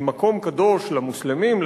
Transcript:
עם מקום קדוש למוסלמים,